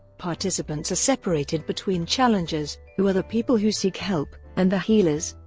participants are separated between challengers, who are the people who seek help, and the healers,